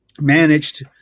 managed